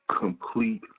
complete